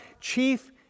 chief